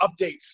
updates